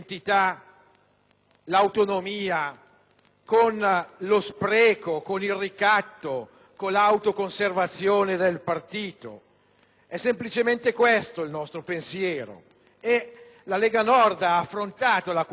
con lo spreco, con il ricatto, con l'auto-conservazione del partito; è semplicemente questo il nostro pensiero. La Lega Nord ha affrontato la questione di democrazia